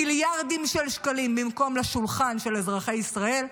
מיליארדים של שקלים, במקום לשולחן של אזרחי ישראל,